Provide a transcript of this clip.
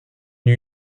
new